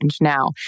now